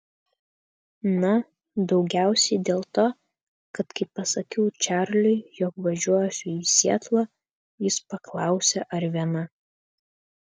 na daugiausiai dėl to kad kai pasakiau čarliui jog važiuosiu į sietlą jis paklausė ar viena